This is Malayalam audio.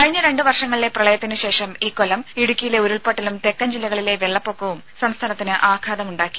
കഴിഞ്ഞ രണ്ടു വർഷങ്ങളിലെ പ്രളയത്തിനു ശേഷം ഇക്കൊല്ലം ഇടുക്കിയിലെ ഉരുൾപൊട്ടലും തെക്കൻ ജില്ലകളിലെ വെള്ളപ്പൊക്കവും സംസ്ഥാനത്തിന് ആഘാതമുണ്ടാക്കി